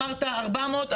אמרת 400,